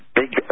big